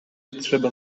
trzeba